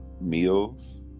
meals